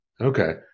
Okay